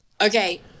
Okay